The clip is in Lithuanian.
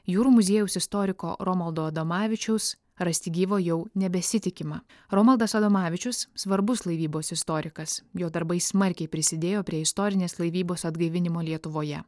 jūrų muziejaus istoriko romaldo adomavičiaus rasti gyvo jau nebesitikima romaldas adomavičius svarbus laivybos istorikas jo darbai smarkiai prisidėjo prie istorinės laivybos atgaivinimo lietuvoje